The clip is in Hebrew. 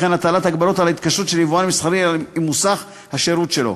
וכן הטלת הגבלות על התקשרות של יבואן מסחרי עם מוסך השירות שלו.